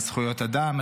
על זכויות אדם,